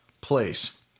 place